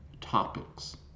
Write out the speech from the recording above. topics